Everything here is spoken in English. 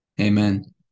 Amen